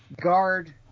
guard